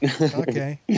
Okay